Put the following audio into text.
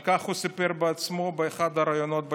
על כך הוא סיפר בעצמו באחד הראיונות בתקשורת.